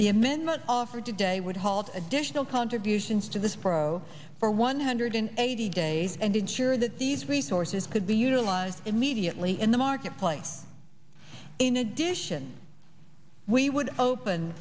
amendment offered today would halt additional contributions to this pro for one hundred eighty days and ensure that these resources could be utilized immediately in the marketplace in addition we would open